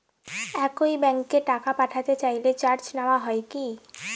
একই ব্যাংকে টাকা পাঠাতে চাইলে চার্জ নেওয়া হয় কি?